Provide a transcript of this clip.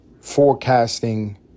forecasting